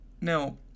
Now